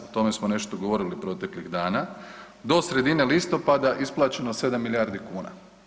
O tome smo nešto govorili proteklih dana, do sredine listopada isplaćeno 7 milijardi kuna.